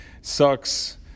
Sucks